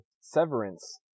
Severance